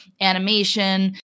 animation